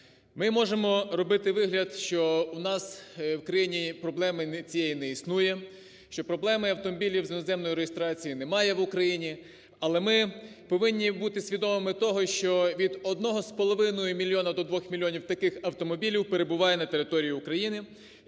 Ми можемо робити вигляд, що у нас у країні проблеми цієї не існує, що проблеми автомобілів з іноземною реєстрацією немає в Україні, але ми повинні бути свідомими того, що від 1,5 до 2 мільйонів таких автомобілів перебуває на території України.